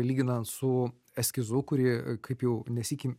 lyginant su eskizu kurį kaip jau ne sykį